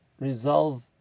resolve